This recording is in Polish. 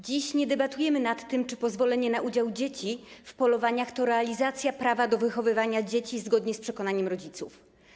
Dziś nie debatujemy nad tym, czy pozwolenie na udział dzieci w polowaniach to realizacja prawa do wychowywania dzieci zgodnie z przekonaniem rodziców.